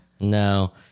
No